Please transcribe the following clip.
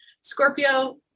Scorpio